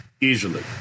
Easily